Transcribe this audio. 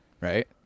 right